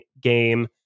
game